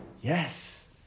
yes